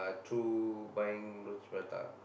through buying roti-prata